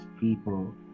people